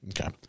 okay